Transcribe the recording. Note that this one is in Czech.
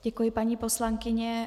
Děkuji, paní poslankyně.